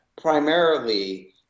primarily